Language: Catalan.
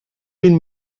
vint